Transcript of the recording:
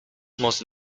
most